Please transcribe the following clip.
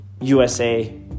USA